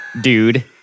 dude